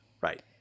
right